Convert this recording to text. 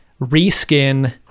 reskin